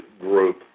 group